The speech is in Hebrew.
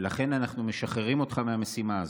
לכן אנחנו משחררים אותך מהמשימה הזאת.